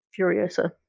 Furiosa